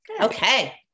Okay